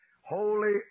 Holy